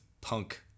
punk